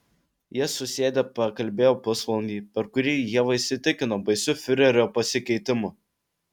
jie susėdę pakalbėjo pusvalandį per kurį ieva įsitikino baisiu fiurerio pasikeitimu